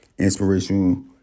Inspirational